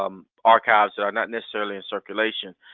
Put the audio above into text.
um archives that are not necessarily in circulation,